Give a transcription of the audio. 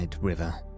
River